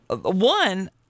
One